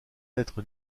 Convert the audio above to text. d’être